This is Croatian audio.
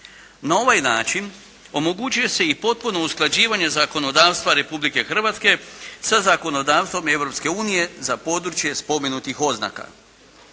Na ovaj način omogućuje se i potpuno usklađivanje zakonodavstva Republike Hrvatske sa zakonodavstvom Europske unije za područje spomenutih oznaka.